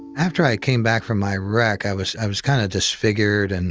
after i came back from my wreck, i was i was kind of disfigured and